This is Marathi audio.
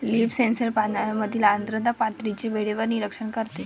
लीफ सेन्सर पानांमधील आर्द्रता पातळीचे वेळेवर निरीक्षण करते